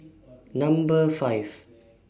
Number five